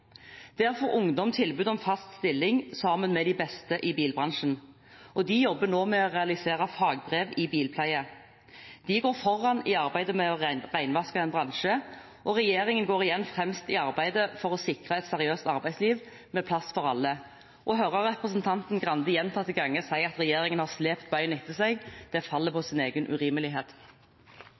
ungdom tilbud om fast stilling sammen med de beste i bilbransjen, og de jobber nå med å realisere fagbrev i bilpleie. De går foran i arbeidet med å renvaske en bransje, og regjeringen går igjen fremst i arbeidet for å sikre et seriøst arbeidsliv med plass for alle. Å høre representanten Grande gjentatte ganger si at regjeringen har slept beina etter seg, faller på sin egen urimelighet.